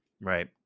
right